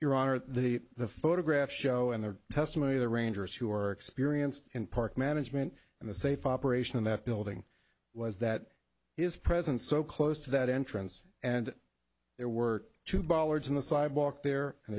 your honor the the photographs show and the testimony of the rangers who are experienced in park management and the safe operation of that building was that his presence so close to that entrance and there were two bollards on the sidewalk there an